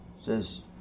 says